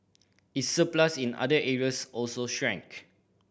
its surplus in other areas also shrank